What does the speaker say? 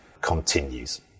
continues